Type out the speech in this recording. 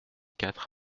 quatre